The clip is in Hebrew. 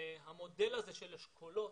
המודל הזה של אשכולות,